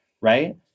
right